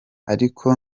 ariko